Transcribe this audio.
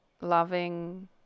loving